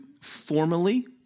formally